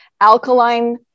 alkaline